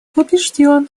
убежден